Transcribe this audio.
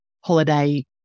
holiday